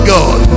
God